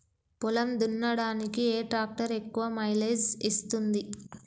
పొలం దున్నడానికి ఏ ట్రాక్టర్ ఎక్కువ మైలేజ్ ఇస్తుంది?